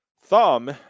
thumb